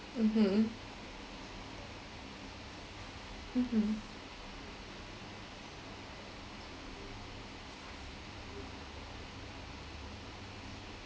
mmhmm mmhmm